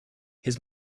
his